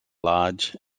large